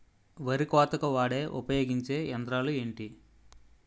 వరి కోతకు వాడే ఉపయోగించే యంత్రాలు ఏంటి?